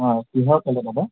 কিহৰ কাৰণে দাদা